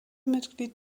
mitglied